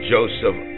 Joseph